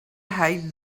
hate